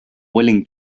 willing